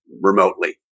remotely